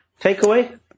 takeaway